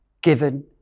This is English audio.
given